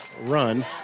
Run